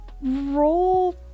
Roll